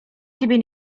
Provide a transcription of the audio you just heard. ciebie